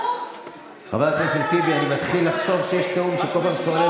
את כולכם אני שואל: פלסטיני שבאים אליו במולוטוב,